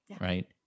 right